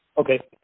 Okay